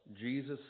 Jesus